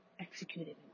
executed